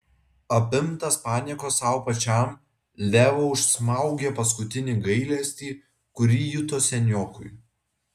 apimtas paniekos sau pačiam leo užsmaugė paskutinį gailestį kurį juto seniokui